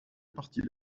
partie